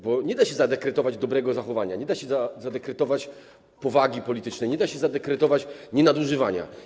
Bo nie da się zadekretować dobrego zachowania, nie da się zadekretować powagi politycznej, nie da się zadekretować nienadużywania.